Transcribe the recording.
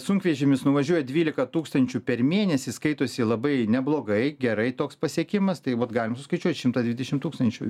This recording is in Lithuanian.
sunkvežimis nuvažiuoja dvyliką tūkstančių per mėnesį skaitosi labai neblogai gerai toks pasiekimas tai vat galim suskaičiuot šimtą dvidešim tūkstančių